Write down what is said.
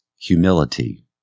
humility